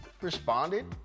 responded